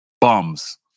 Bums